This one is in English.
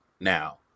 now